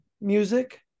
music